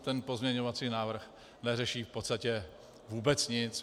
Ten pozměňovací návrh neřeší v podstatě vůbec nic.